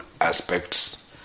aspects